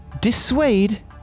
dissuade